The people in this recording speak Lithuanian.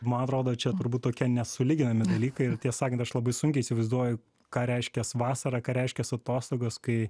man atrodo čia turbūt tokie nesulyginami dalykai ir tiesą sakant aš labai sunkiai įsivaizduoju ką reiškias vasara ką reiškias atostogos kai